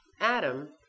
Adam